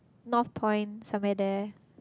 Northpoint somewhere there